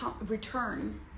return